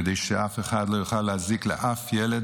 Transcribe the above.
כדי שאף אחד לא יוכל להזיק לאף ילד